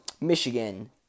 Michigan